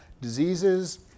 diseases